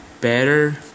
better